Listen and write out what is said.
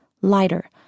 lighter